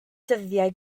dyddiau